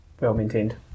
well-maintained